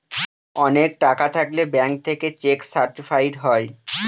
অনেক টাকা থাকলে ব্যাঙ্ক থেকে চেক সার্টিফাইড হয়